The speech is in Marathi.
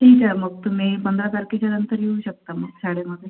ठीक आहे मग तुम्ही पंधरा तारखेच्या नंतर येऊ शकता मग शाळेमध्ये